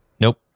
Nope